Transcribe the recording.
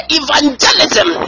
evangelism